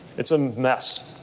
it's a mess.